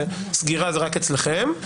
סגירה זה רק אצלכם.